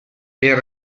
per